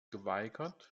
geweigert